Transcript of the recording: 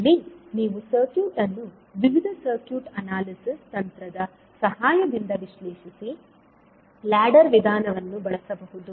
ಅಲ್ಲಿ ನೀವು ಸರ್ಕ್ಯೂಟ್ ಅನ್ನು ವಿವಿಧ ಸರ್ಕ್ಯೂಟ್ ಅನಾಲಿಸಿಸ್ ತಂತ್ರದ ಸಹಾಯದಿಂದ ವಿಶ್ಲೇಷಿಸಿ ಲ್ಯಾಡರ್ ವಿಧಾನವನ್ನು ಬಳಸಬಹುದು